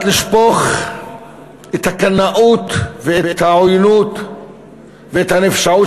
לשפוך את הקנאות ואת העוינות ואת הנפשעות